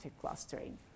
clustering